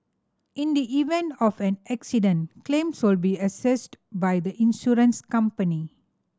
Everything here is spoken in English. in the event of an accident claims will be assessed by the insurance company